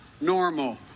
normal